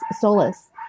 solace